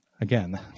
Again